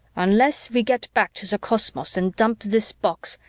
unless we get back to the cosmos and dump this box,